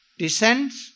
descends